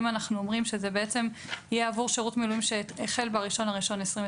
אם אנחנו אומרים שזה יהיה עבור שירות מילואים שהחל ב-1 בינואר 2022,